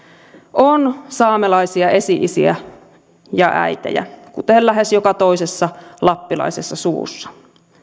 on saamelaisia esi isiä ja äitejä kuten lähes joka toisessa lappilaisessa suvussa